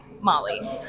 Molly